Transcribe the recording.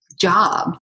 job